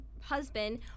husband